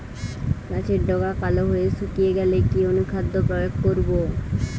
গাছের ডগা কালো হয়ে শুকিয়ে গেলে কি অনুখাদ্য প্রয়োগ করব?